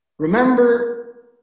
Remember